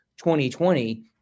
2020